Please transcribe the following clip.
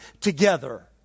together